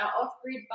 off-grid